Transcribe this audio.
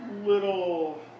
little